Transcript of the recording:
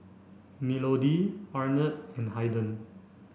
Melodee Arnett and Haiden